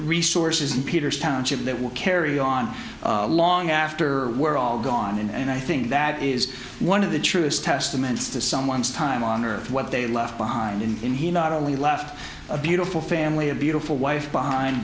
resources in peter's township that will carry on long after we're all gone and i think that is one of the truest testaments to someone's time on earth what they left behind in in he not only left a beautiful family a beautiful wife behind